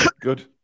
good